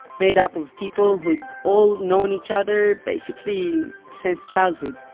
made up of people who'd all known each other basically since childhood.